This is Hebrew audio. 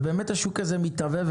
ובאמת השוק הזה מתהווה.